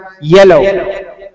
yellow